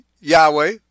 Yahweh